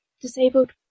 disabled